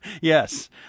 Yes